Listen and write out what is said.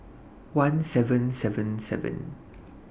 one seven seven seven